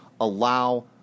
allow